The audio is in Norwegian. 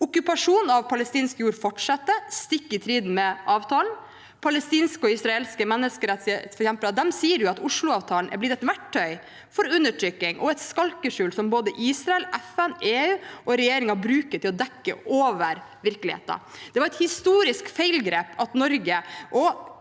Okkupasjonen av palestinsk jord fortsetter, stikk i strid med avtalen. Palestinske og israelske menneskerettighetsforkjempere sier at Oslo-avtalen er blitt et verktøy for undertrykking og et skalkeskjul som både Israel, FN, EU og regjeringen bruker til å dekke over virkeligheten. Det var et historisk feilgrep at Norge og